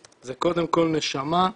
זה קודם כל נשמה.